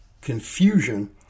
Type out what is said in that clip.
confusion